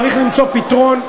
צריך למצוא פתרון.